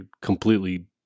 completely